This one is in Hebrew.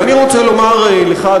ואני רוצה לומר לך,